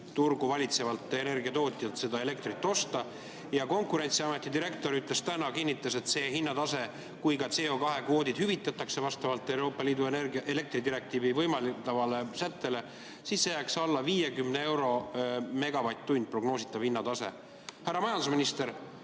turgu valitsevalt energiatootjalt elektrit osta. Konkurentsiameti direktor ütles täna ja kinnitas, et see hinnatase, kui CO2kvoodid hüvitatakse vastavalt Euroopa Liidu elektridirektiivi võimaldavale sättele, jääks alla 50 euro megavatt-tund, prognoositav hinnatase. Härra majandusminister,